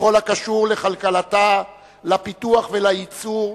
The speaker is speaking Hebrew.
בכל הקשור לכלכלתה, לפיתוח ולייצור,